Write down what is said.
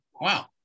Wow